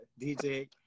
DJ